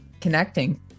connecting